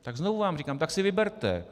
Tak znovu vám říkám: Tak si vyberte!